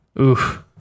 Oof